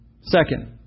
Second